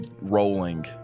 rolling